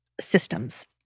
systems